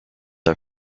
are